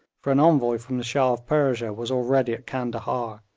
for an envoy from the shah of persia was already at candahar,